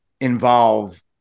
involve